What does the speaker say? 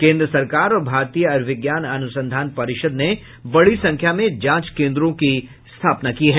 केन्द्र सरकार और भारतीय आयुर्विज्ञान अनुसंधान परिषद ने बड़ी संख्या में जांच केन्द्रों की स्थापना की है